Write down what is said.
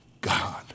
God